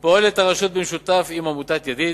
פועלת הרשות במשותף עם עמותת "ידיד",